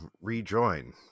rejoin